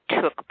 took